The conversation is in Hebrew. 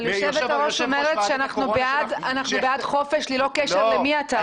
יושבת הראש אומרת שאנחנו בעד חופש ללא קשר למי אתה.